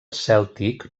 cèltic